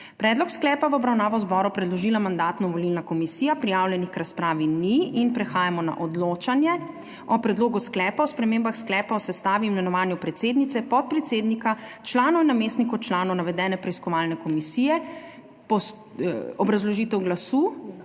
Predlog sklepa je v obravnavo zboru predložila Mandatno-volilna komisija. Prijavljenih k razpravi ni. Prehajamo na odločanje o predlogu sklepa o spremembah sklepa o sestavi in imenovanju predsednice, podpredsednika, članov in namestnikov članov navedene preiskovalne komisije. Obrazložitev glasu,